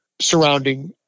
surrounding